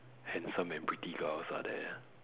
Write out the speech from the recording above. handsome and pretty girls are there